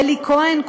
אלי כהן,